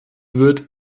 wird